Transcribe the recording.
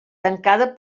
tancada